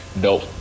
No